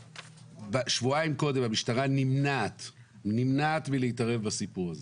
שבועיים קודם המשטרה נמנעת מלהתערב בסיפור הזה.